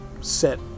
set